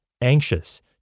anxious